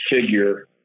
figure